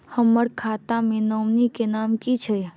हम्मर खाता मे नॉमनी केँ नाम की छैय